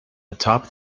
atop